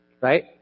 right